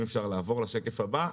אם אפשר לעבור לשקף הבא.